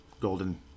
Golden